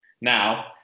Now